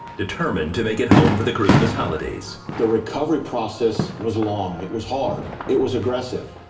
determined to make it home for the christmas holidays. the recovery process was long, it was hard, it was aggressive.